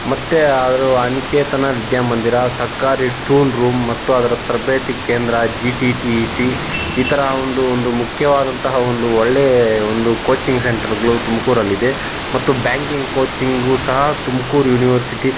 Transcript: ಮತ್ತೆ ಆದರೂ ಅನಿಕೇತನ ವಿದ್ಯಾಮಂದಿರ ಸರ್ಕಾರಿ ಟ್ರೂಲ್ ರೂಮ್ ಮತ್ತು ಅದರ ತರಬೇತಿ ಕೇಂದ್ರ ಜಿ ಟಿ ಟಿ ಸಿ ಈ ಥರ ಒಂದು ಒಂದು ಮುಖ್ಯವಾದಂತಹ ಒಂದು ಒಳ್ಳೆಯ ಒಂದು ಕೋಚಿಂಗ್ ಸೆಂಟ್ರುಗಳು ತುಮಕೂರಲ್ಲಿದೆ ಮತ್ತು ಬ್ಯಾಂಕಿಂಗ್ ಕೋಚಿಂಗು ಸಹ ತುಮಕೂರು ಯೂನಿವರ್ಸಿಟಿ